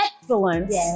Excellence